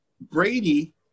Brady